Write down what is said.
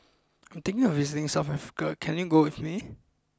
I am thinking of visiting South Africa can you go with me